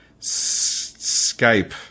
Skype